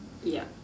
ya